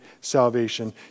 salvation